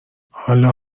حالا